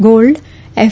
gold F